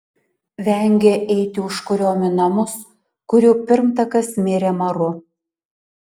vengė eiti užkuriom į namus kurių pirmtakas mirė maru